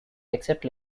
except